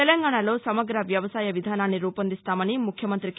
తెలంగాణలో సమగ్ర వ్యవసాయ విధానాన్ని రూపొందిస్తామని ముఖ్యమంత్రి కే